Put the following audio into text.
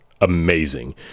amazing